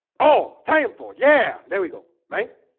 oh time for yeah, there we go, right